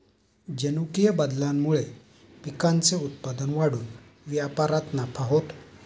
जनुकीय बदलामुळे पिकांचे उत्पादन वाढून व्यापारात नफा होतो